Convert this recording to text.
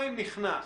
בנוסף,